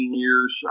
years